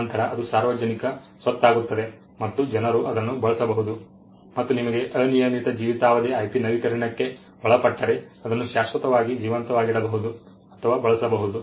ನಂತರ ಅದು ಸಾರ್ವಜನಿಕ ಸ್ವತ್ತಾಗುತ್ತದೆ ಮತ್ತು ಜನರು ಅದನ್ನು ಬಳಸಬಹುದು ಮತ್ತು ನಿಮಗೆ ಅನಿಯಮಿತ ಜೀವಿತಾವಧಿ IP ನವೀಕರಣಕ್ಕೆ ಒಳಪಟ್ಟರೆ ಅದನ್ನು ಶಾಶ್ವತವಾಗಿ ಜೀವಂತವಾಗಿಡಬಹುದು ಅಥವಾ ಬಳಸಬಹುದು